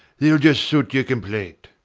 theyll just suit your complaint.